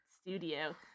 studio